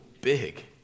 big